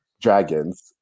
Dragons